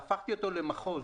והפכתי אותו למחוז.